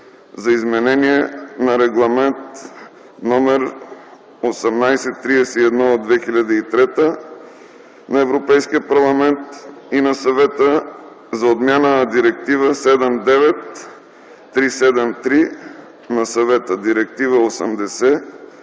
за изменение на Регламент ЕО № 1831/2003 на Европейския парламент и на Съвета, за отмяна на Директива 79/373/ЕИО на Съвета, Директива